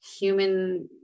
human